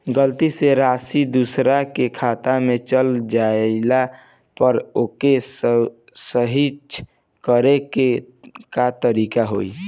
गलती से राशि दूसर के खाता में चल जइला पर ओके सहीक्ष करे के का तरीका होई?